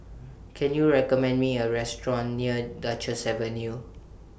Can YOU recommend Me A Restaurant near Duchess Avenue